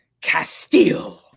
Castillo